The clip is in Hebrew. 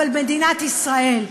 אבל מדינת ישראל,